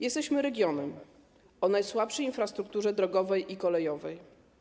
Jesteśmy regionem o najsłabszej infrastrukturze drogowej i kolejowej.